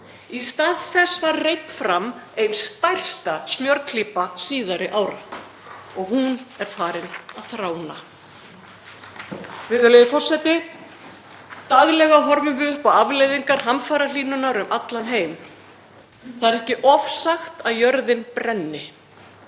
Í stað þess var reidd fram ein stærsta smjörklípa síðari ára og hún er farin að þrána. Virðulegur forseti. Daglega horfum við upp á afleiðingar hamfarahlýnunar um allan heim. Það er ekki ofsagt að jörðin brenni.